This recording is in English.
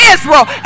Israel